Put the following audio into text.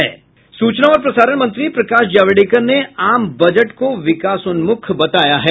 सूचना और प्रसारण मंत्री प्रकाश जावड़ेकर ने आम बजट को विकासोन्मुख बताया है